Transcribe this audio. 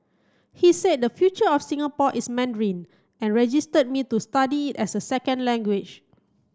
he said the future of Singapore is Mandarin and registered me to study it as a second language